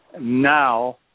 now